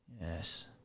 Yes